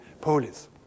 police